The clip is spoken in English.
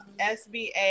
SBA